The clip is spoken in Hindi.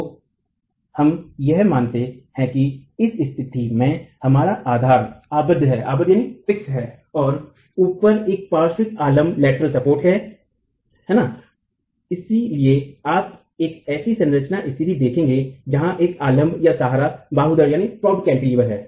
तो हम यह मानते है की इस स्तिथि में हमारा आधार आबद्ध है और ऊपर एक पार्श्विक आलंब है राइट सही इसलिए आप एक ऐसी संरचना स्तिथि देखेंगे जहाँ एक अवलम्बसहारा बाहुधरण है